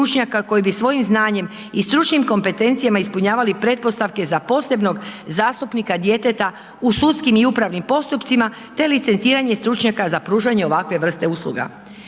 koji bi svojim znanjem i stručnim kompetencijama ispunjavali pretpostavke za posebnog zastupnika djeteta u sudskim i upravnim postupcima te licenciranje stručnjaka za pružanje ovakve vrste usluga.